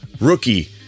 rookie